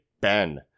Ben